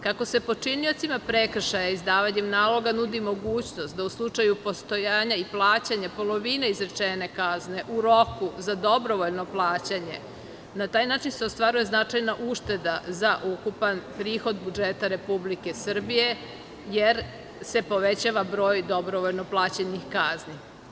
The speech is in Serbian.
Kako se počiniocima prekršaja izdavanjem naloga nudi mogućnost da u slučaju postojanja i plaćanja polovine izrečene kazne u roku za doborovoljno plaćanje, na taj način se ostvaruje značajna ušteda za ukupan prihod budžeta Republike Srbije, jer se povećava broj dobrovoljno plaćenih kazni.